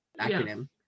acronym